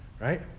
right